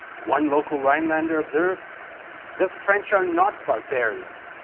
one local rhinelander observed the french are not barbarians,